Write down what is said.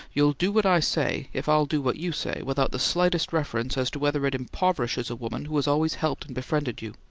you'll do what i say, if i'll do what you say, without the slightest reference as to whether it impoverishes a woman who has always helped and befriended you.